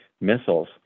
missiles